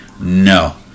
no